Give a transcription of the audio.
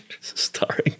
Starring